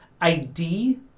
ID